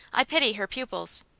i pity her pupils.